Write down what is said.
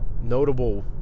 notable